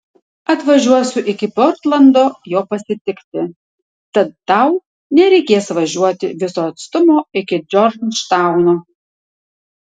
atvažiuosiu iki portlando jo pasitikti tad tau nereikės važiuoti viso atstumo iki džordžtauno